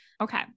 Okay